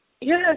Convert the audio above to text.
Yes